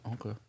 Okay